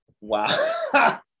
Wow